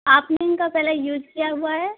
आपने इनका पहले यूज किया हुआ है